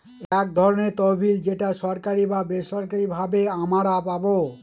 এক ধরনের তহবিল যেটা সরকারি বা বেসরকারি ভাবে আমারা পাবো